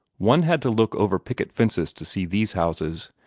one had to look over picket fences to see these houses,